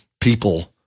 people